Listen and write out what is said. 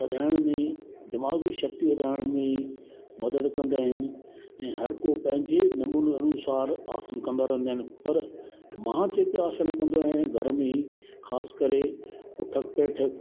वधाइण में दिमाग़ी शक्ती वधाइण में मदद कंदा आहिनि ऐं हर को पंहिंजे नमूने अनुसार आसन कंदा रहंदा आहिनि पर त मां जेके आसन कंदो आहियां घर में ख़ासि करे उठक बैठक